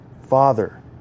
Father